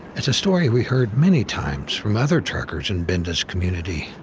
it's a story we heard many times, from other truckers in binda's community.